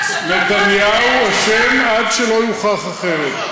ממציאה חשדות, נתניהו אשם עד שלא יוכח אחרת.